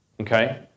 okay